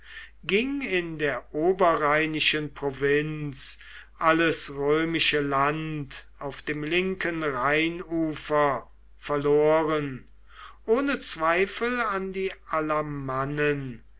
ging in der oberrheinischen provinz alles römische land auf dem linken rheinufer verloren ohne zweifel an die